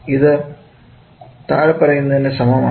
അത് താഴെ പറയുന്നതിനു സമമാണ്